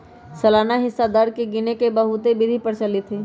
सालाना हिस्सा दर के गिने के बहुते विधि प्रचलित हइ